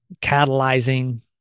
catalyzing